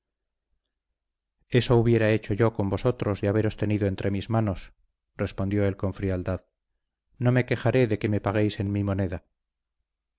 eso hubiera hecho yo con vosotros de haberos tenido entre mis manos respondió él con frialdad no me quejaré de que me paguéis en mi moneda